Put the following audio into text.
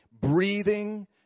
breathing